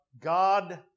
God